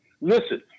listen